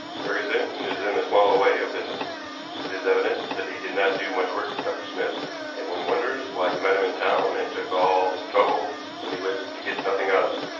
ferguson is in a small way of business it is evident that he did not do much work for dr. smith, and one wonders why he met him in town and took all this trouble when he was to get nothing out of it.